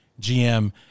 GM